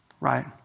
right